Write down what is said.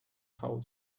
how